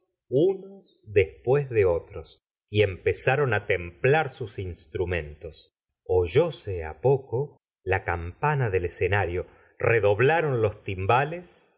unos después de otros y empezaron á templar sus instrumentos oyóse á poco la campana del escenail la señora de bovary rio redoblaron los timbales